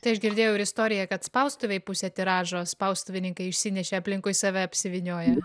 tai aš girdėjau ir istoriją kad spaustuvėj pusę tiražo spaustuvininkai išsinešė aplinkui save apsivynioję